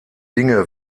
dinge